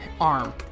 arm